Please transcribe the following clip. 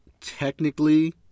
technically